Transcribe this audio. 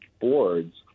boards